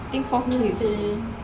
same